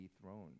dethroned